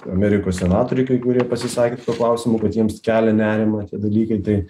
amerikos senatoriai kai kurie pasisakė tuo klausimu kad jiems kelia nerimą tie dalykai tai